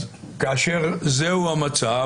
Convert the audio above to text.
אז כאשר זהו המצב,